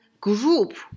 group